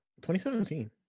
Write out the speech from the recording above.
2017